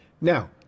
Now